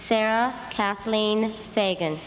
sarah kathleen fagan